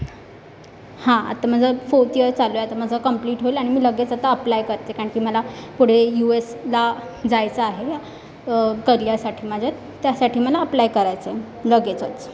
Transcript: हां आता माझं फोर्थ इयर चालू आहे आता माझं कम्प्लीट होईल आणि मी लगेच आता अप्लाय करते कारण की मला पुढे यू एसला जायचं आहे करिअरसाठी माझ्या त्यासाठी मला अप्लाय करायचं आहे लगेचच